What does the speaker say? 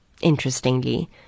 Interestingly